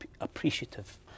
appreciative